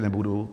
Nebudu.